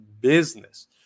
business